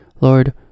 Lord